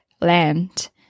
land